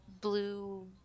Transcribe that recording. blue